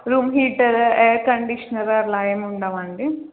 room heater air conditioner అలా ఏముండవాండి